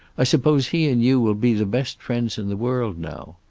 i suppose he and you will be the best friends in the world now.